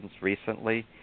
recently